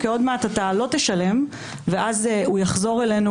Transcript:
כי עוד מעט אתה לא תשלם ואז הזוכה יחזור אלינו